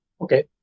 Okay